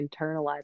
internalize